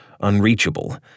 unreachable